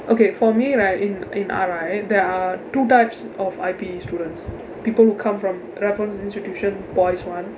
okay for me right in in R_I there are two types of I_P students people who come from raffles institution boys [one]